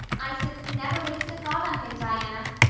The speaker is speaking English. i simply never waste a thought on him, diana.